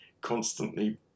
constantly